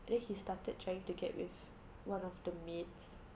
then he started trying to get with one of the maids